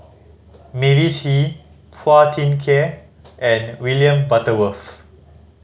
Mavis Hee Phua Thin Kiay and William Butterworth